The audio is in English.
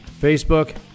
Facebook